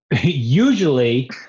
Usually